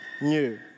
new